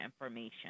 information